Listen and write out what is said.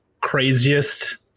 craziest